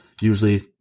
Usually